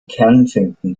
kensington